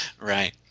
right